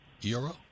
euro